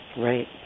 Right